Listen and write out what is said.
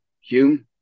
Hume